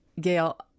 Gail